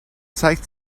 zeigt